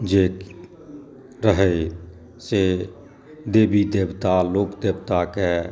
जे रहै से देवी देवता लोक देवता के